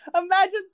imagine